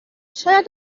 شاید